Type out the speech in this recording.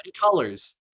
Colors